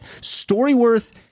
StoryWorth